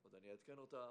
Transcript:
עוד אעדכן אותך.